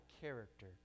character